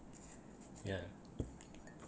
yeah